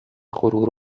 غرور